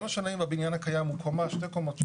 לא משנה אם הבניין הקיים הוא קומה, שתי קומות.